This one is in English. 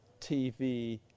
TV